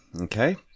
Okay